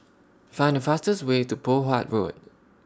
Find The fastest Way to Poh Huat Road